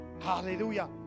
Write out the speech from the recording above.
Hallelujah